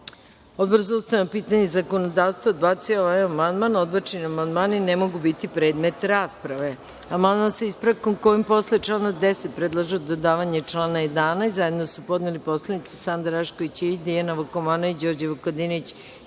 za ustavna pitanja i zakonodavstvo odbacio je ovaj amandman, a odbačeni amandmani ne mogu biti predmet rasprave. Amandman, sa ispravkom, kojim posle člana 10. predlažu dodavanje člana 11. zajedno su podneli narodni poslanici Sanda Rašković Ivić, Dijana Vukomanović, Đorđe Vukadinović i